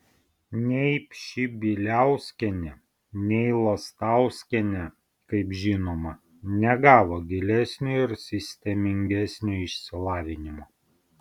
nei pšibiliauskienė nei lastauskienė kaip žinoma negavo gilesnio ir sistemingesnio išsilavinimo